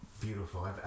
Beautiful